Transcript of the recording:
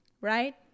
right